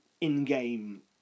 in-game